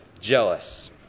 jealous